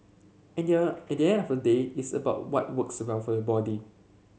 at the end at the end of the day it's about what works well for your body